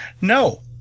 No